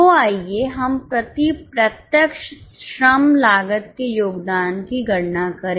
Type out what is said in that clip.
तो आइए हम प्रति प्रत्यक्ष श्रम लागत के योगदान की गणना करें